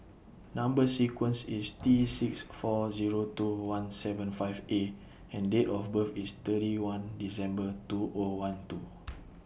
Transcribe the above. Number sequence IS T six four Zero two one seven five A and Date of birth IS thirty one December two O one two